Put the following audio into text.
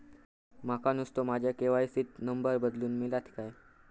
माका नुस्तो माझ्या के.वाय.सी त नंबर बदलून मिलात काय?